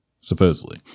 supposedly